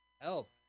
help